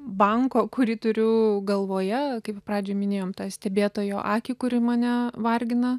banko kurį turiu galvoje kaip pradžioj minėjom tą stebėtojo akį kuri mane vargina